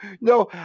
no